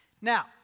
Now